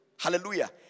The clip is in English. Hallelujah